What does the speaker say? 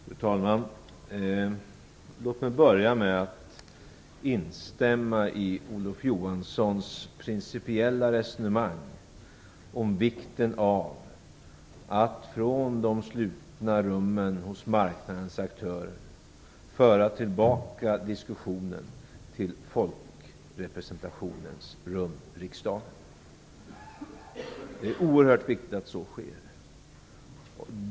Fru talman! Låt mig börja med att instämma i Olof Johanssons principiella resonemang om vikten av att från de slutna rummen hos marknadens aktörer föra tillbaka diskussionen till folkrepresentationens rum, riksdagen. Det är oerhört viktigt att så sker.